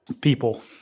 People